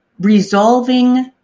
resolving